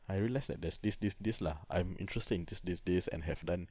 I realised that there's this this this lah and have done